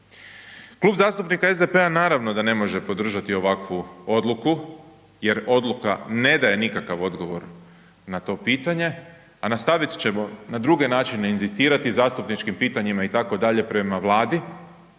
Klub zastupnika SDP-a naravno da ne može podržati ovakvu odluku jer odluka ne daje nikakav odgovor na to pitanje a nastaviti ćemo na druge načine inzistirati zastupničkim pitanjima itd., na Vladi